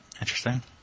Interesting